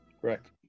Correct